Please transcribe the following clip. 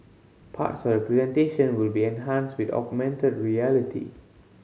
parts of presentation will be enhanced with augmented reality